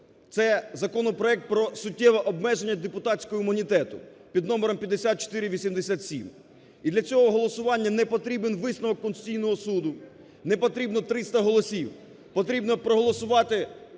Це законопроект про суттєве обмеження депутатського імунітету під номером 5487. І для цього голосування не потрібен висновок Конституційного Суду, не потрібно 300 голосів, потрібно проголосувати